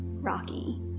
Rocky